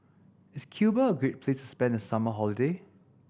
is Cuba a great place spend the summer holiday